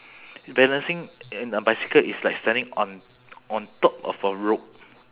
balancing in a bicycle is like standing on on top of a rope